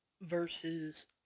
versus